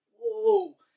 whoa